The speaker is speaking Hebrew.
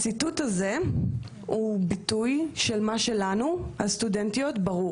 הציטוט הזה הוא ביטוי של מה שלנו ברור.